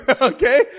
okay